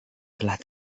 telah